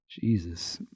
jesus